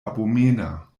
abomena